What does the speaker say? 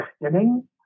questioning